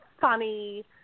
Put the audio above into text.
funny